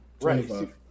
right